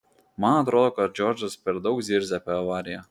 man atrodo kad džordžas per daug zirzia apie avariją